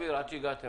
תגידו.